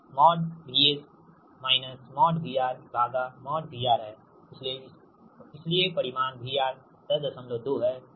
जो की VS VRVRहै इसलिए परिमाण VR 102 है